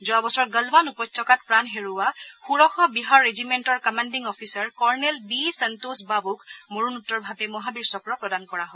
যোৱা বছৰ গলৱান উপত্যকাত প্ৰাণ হেৰুওৱা ষোড়শ বিহাৰ ৰেজিমেণ্টৰ commanding officer colonel B Santosh বাবুক মৰণোত্তৰভাৱে মহাবীৰ চক্ৰ প্ৰদান কৰা হয়